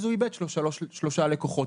אז הוא איבד שלושה לקוחות,